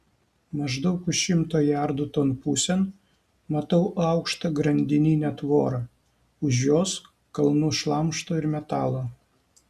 maždaug už šimto jardų ton pusėn matau aukštą grandininę tvorą už jos kalnus šlamšto ir metalo